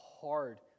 hard